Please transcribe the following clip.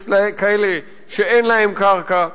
יש כאלה שאין להם קרקע,